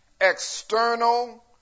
external